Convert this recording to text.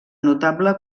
notable